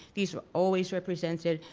these are always represented,